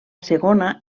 segona